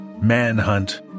Manhunt